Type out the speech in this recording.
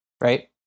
right